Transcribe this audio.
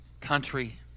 country